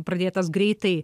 pradėtas greitai